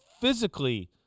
physically